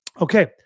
Okay